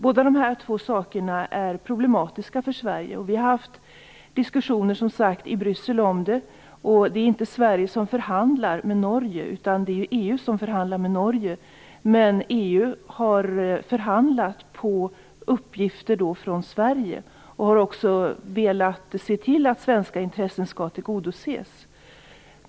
Båda dessa saker är problematiska för Sverige. Vi har haft diskussioner om dem i Bryssel. Det är inte Sverige som förhandlar med Norge, utan det är EU. Men EU har förhandlat på uppgifter från Sverige och har också velat se till att svenska intressen skall tillgodoses.